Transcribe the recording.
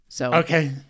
Okay